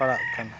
ᱯᱟᱲᱟᱜ ᱠᱟᱱᱟ